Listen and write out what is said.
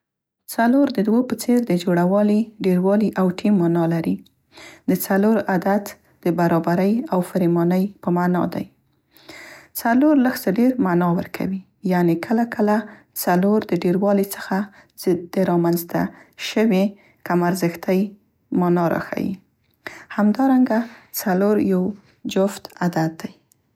څلور د دوو په څير د جوړه اولي، ډير والي او ټیم معنا لري. د څلورو عدد د برابرۍ او فریمانۍ په معنا دی. څلور لږ څه ډیر معنا ورکوي، یعنې کله کله څلور د ډیروالي څخه د رامنځته شوې کم ارزښتۍ معنا راښيي. همدارنګه څلور یو جفت عدد دی.